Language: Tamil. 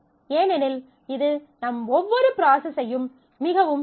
ஏனெனில் இது நம் ஒவ்வொரு ப்ராசஸ் ஐயும் மிகவும் ஸ்லோ ஆக்கும்